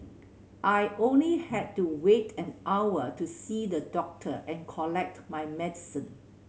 I only had to wait an hour to see the doctor and collect my medicine